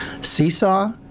Seesaw